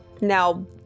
now